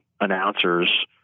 announcers